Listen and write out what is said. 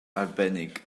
arbennig